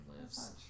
lives